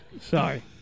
Sorry